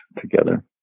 together